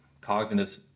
cognitive